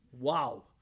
Wow